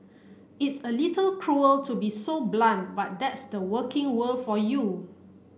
it's a little cruel to be so blunt but that's the working world for you